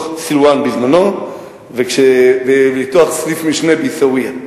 סילואן בזמנו ולפתוח סניף משנה בעיסאוויה.